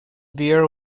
beer